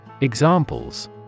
Examples